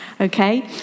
okay